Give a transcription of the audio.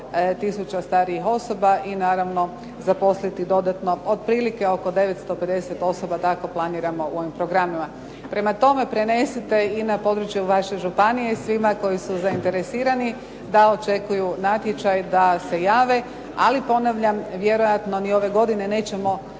tisuća starijih osoba i naravno zaposliti dodatno otprilike oko 950 osoba, tako planiramo u ovim programima. Prema tome, prenesite i na područje u vaše županije svima koji su zainteresirani da očekuju natječaj da se jave ali ponavljam vjerojatno ni ove godine nećemo